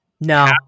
no